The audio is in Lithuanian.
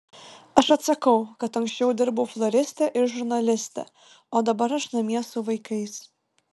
aš atsakau kad anksčiau dirbau floriste ir žurnaliste o dabar aš namie su vaikais